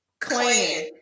clan